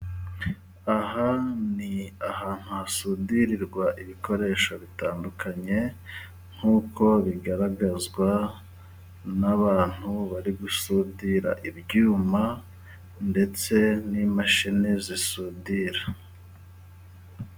Aha ni ahantu hasudirirwa ibikoresho bitandukanye nk'uko bigaragazwa n'abantu bari gusudira ibyuma, ndetse n'imashini zisudira.